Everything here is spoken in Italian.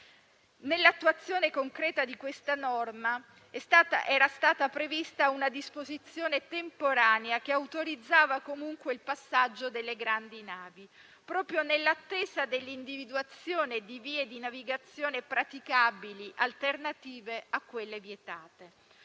Nell'attuazione concreta di questa norma era stata prevista una disposizione temporanea che autorizzava comunque il passaggio delle grandi navi, proprio nell'attesa dell'individuazione di vie di navigazione praticabili alternative a quelle vietate.